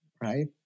right